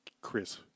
Chris